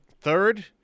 third